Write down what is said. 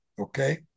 okay